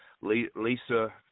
lisa